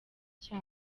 cya